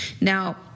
Now